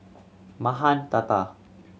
Mahan Tata